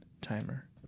timer